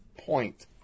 point